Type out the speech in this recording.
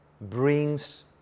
brings